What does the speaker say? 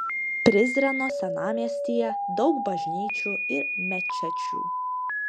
prizreno senamiestyje daug bažnyčių ir mečečių